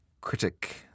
critic